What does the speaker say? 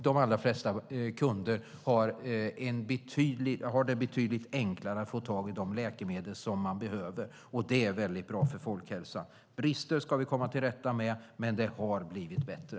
De allra flesta kunder har det betydligt enklare att få tag i de läkemedel som de behöver. Och det är väldigt bra för folkhälsan. Brister ska vi komma till rätta med, men det har blivit bättre.